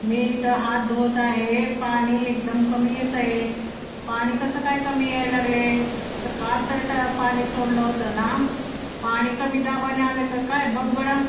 मी इथं हात धुवत आहे पाणी एकदम कमी येतं आहे पाणी कसं काय कमी यायला लागले स काल तर टा पाणी सोडलं होतं ना पाणी कमी दाबाने आले का काय बघ बरं